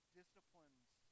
disciplines